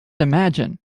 imagine